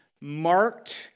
marked